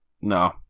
No